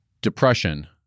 Depression